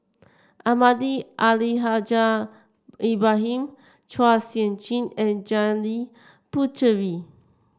Almahdi Al Haj Ibrahim Chua Sian Chin and Janil Puthucheary